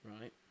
Right